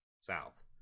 south